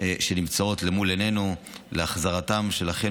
שנמצאות מול עינינו להחזרתם של אחינו